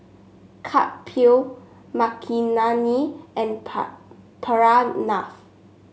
Kapil Makineni and Pranav